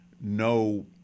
no